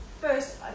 first